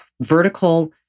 vertical